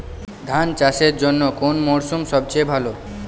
ধান চাষের জন্যে কোন মরশুম সবচেয়ে ভালো?